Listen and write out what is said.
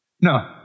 No